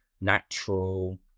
natural